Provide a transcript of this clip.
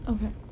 Okay